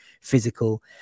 physical